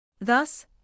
Thus